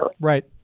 Right